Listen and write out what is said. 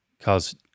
Cause